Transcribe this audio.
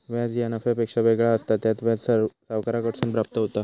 व्याज ह्या नफ्यापेक्षा वेगळा असता, त्यात व्याज सावकाराकडसून प्राप्त होता